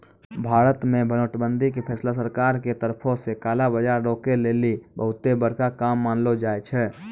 भारत मे नोट बंदी के फैसला सरकारो के तरफो से काला बजार रोकै लेली बहुते बड़का काम मानलो जाय छै